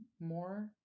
more